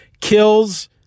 kills